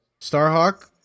Starhawk